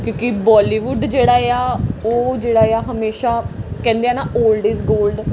ਕਿਉਂਕਿ ਬੋਲੀਵੁੱਡ ਜਿਹੜਾ ਆ ਉਹ ਜਿਹੜਾ ਆ ਹਮੇਸ਼ਾ ਕਹਿੰਦੇ ਆ ਨਾ ਔਲਡ ਇਜ ਗੋਲਡ